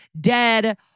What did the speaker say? dead